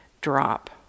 drop